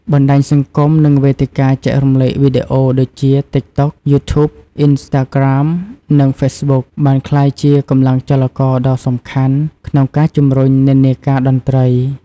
បណ្ដាញសង្គម និងវេទិកាចែករំលែកវីដេអូដូចជា TikTok, YouTube, Instagram និង Facebook បានក្លាយជាកម្លាំងចលករដ៏សំខាន់ក្នុងការជំរុញនិន្នាការតន្ត្រី។